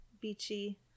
beachy